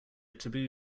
taboo